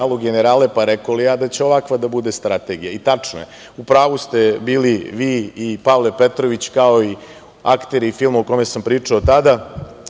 – generale, pa rekoh li ja da će ovakva da bude strategija i tačno je. U pravu ste bili vi i Pavle Petrović, kao i akteri filma o kome sam pričao tada